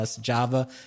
java